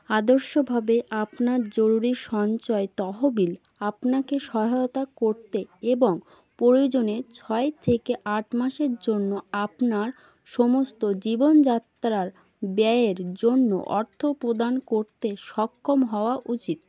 আদর্শভাবে আপনার জরুরি সঞ্চয় তহবিল আপনাকে সহায়তা করতে এবং প্রয়োজনে ছয় থেকে আট মাসের জন্য আপনার সমস্ত জীবনযাত্রার ব্যয়ের জন্য অর্থপ্রদান করতে সক্ষম হওয়া উচিত